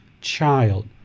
child